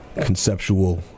conceptual